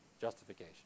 Justification